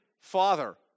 father